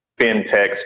fintech